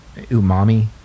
Umami